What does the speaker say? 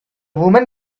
woman